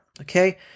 okay